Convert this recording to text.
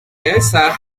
regresar